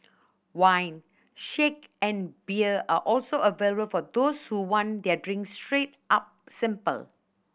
wine sake and beer are also available for those who want their drinks straight up simple